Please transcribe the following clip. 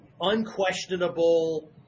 unquestionable